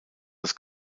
das